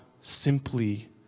simply